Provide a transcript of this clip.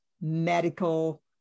medical